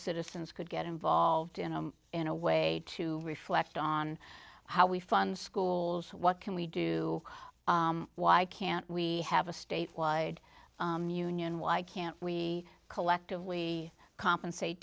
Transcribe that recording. citizens could get involved in a in a way to reflect on how we fund schools what can we do why can't we have a state wide union why can't we collectively compensate